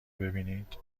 ببینید